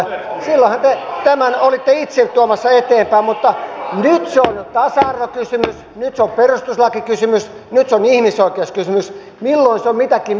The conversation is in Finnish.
silloinhan te tätä olitte itse tuomassa eteenpäin mutta nyt se on jo tasa arvokysymys nyt se on perustuslakikysymys nyt se on ihmisoikeuskysymys milloin se on mitäkin